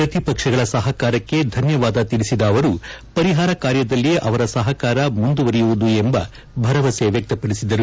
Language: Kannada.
ಪ್ರತಿಪಕ್ಷಗಳ ಸಹಕಾರಕ್ಕೆ ಧನ್ಯವಾದ ತಿಳಿಸಿರುವ ಅವರು ಪರಿಹಾರ ಕಾರ್ಯದಲ್ಲಿ ಅವರ ಸಹಕಾರ ಮುಂದುವರೆಯುವುದು ಎಂಬ ಭರವಸೆ ವ್ಯಕ್ತಪಡಿಸಿದರು